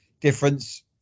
difference